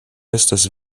estas